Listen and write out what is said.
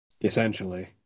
Essentially